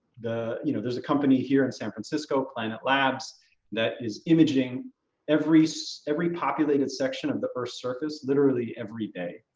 you know there's a company here in san francisco, planet labs that is imaging every so every populated section of the earth surface literally every day.